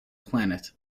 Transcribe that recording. planet